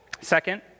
Second